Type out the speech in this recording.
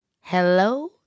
Hello